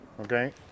Okay